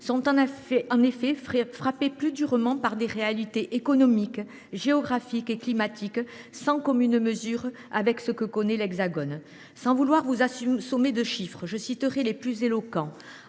sont en effet frappés plus durement par des réalités économiques, géographiques et climatiques sans commune mesure avec ce que connaît l’Hexagone. Sans vouloir vous assommer de chiffres, je citerai les plus éloquents